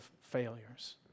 failures